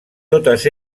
totes